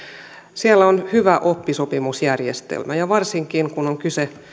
siellä on hyvä oppisopimusjärjestelmä ja varsinkin kun on kyse